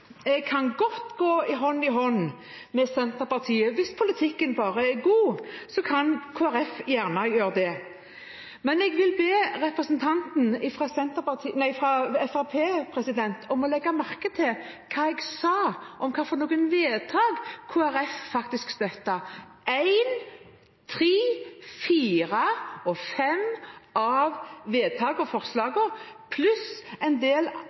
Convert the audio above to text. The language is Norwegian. Jeg kan godt gå hånd i hånd med Senterpartiet. Hvis politikken bare er god, kan Kristelig Folkeparti gjerne gjøre det. Jeg vil be representanten fra Fremskrittspartiet om å legge merke til hva jeg sa om hvilke vedtak Kristelig Folkeparti faktisk støtter: I, III, IV og V av vedtaksforslagene pluss en del